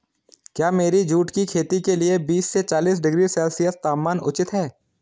क्या मेरी जूट की खेती के लिए बीस से चालीस डिग्री सेल्सियस तापमान उचित है?